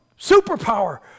superpower